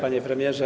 Panie Premierze!